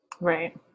right